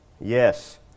Yes